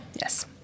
Yes